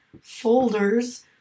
folders